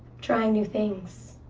trying new things.